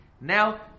Now